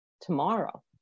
tomorrow